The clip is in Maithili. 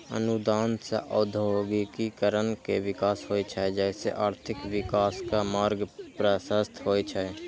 अनुदान सं औद्योगिकीकरण के विकास होइ छै, जइसे आर्थिक विकासक मार्ग प्रशस्त होइ छै